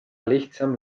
lihtsam